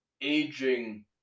aging